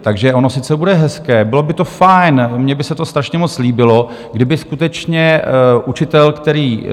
Takže ono sice bude hezké, bylo by to fajn, mně by se to strašně moc líbilo, kdyby skutečně učitel, který